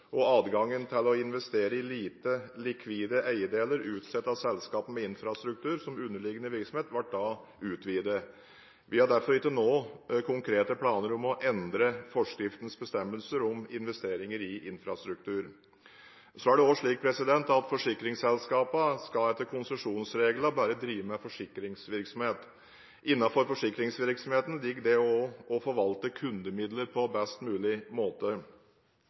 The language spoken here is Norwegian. Adgangen til å investere i lite likvide eiendeler utstedt av selskaper med infrastruktur som underliggende virksomhet, ble da utvidet. Vi har derfor ikke nå konkrete planer om å endre forskriftens bestemmelser om investeringer i infrastruktur. Forsikringsselskaper skal etter konsesjonsreglene bare drive med forsikringsvirksomhet. Innenfor forsikringsvirksomheten ligger det også å forvalte kundemidler på best mulig måte.